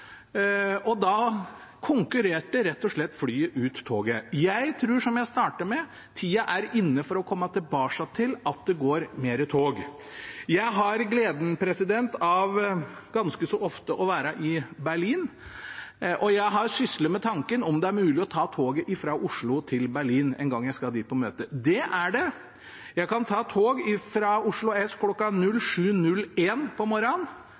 og da konkurrerte rett og slett flyet ut toget. Jeg tror, som jeg startet med, tida er inne for å gå tilbake til mer tog. Jeg har gleden av å være i Berlin ganske så ofte, og jeg har syslet med tanken om det er mulig å ta toget fra Oslo til Berlin en gang jeg skal dit på møte. Det er det. Jeg kan ta tog fra Oslo S kl. 07.01 på morgenen,